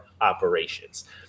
operations